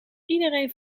iedereen